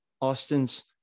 Austin's